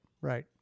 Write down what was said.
right